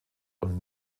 und